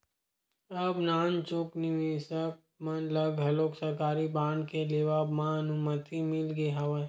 अब नानचुक निवेसक मन ल घलोक सरकारी बांड के लेवब बर अनुमति मिल गे हवय